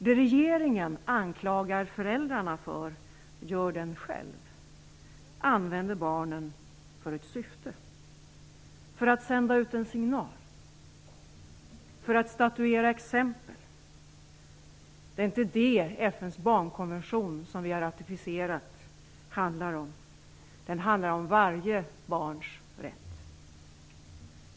Det regeringen anklagar föräldrarna för gör den själv, använder barnen för ett syfte, för att sända ut en signal, för att statuera exempel. Det är inte vad FN:s barnkonvention, som vi har ratificerat, handlar om. Den handlar om varje barns rätt.